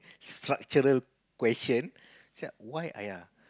structural question why